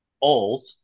old